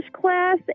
class